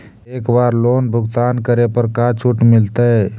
एक बार लोन भुगतान करे पर का छुट मिल तइ?